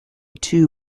two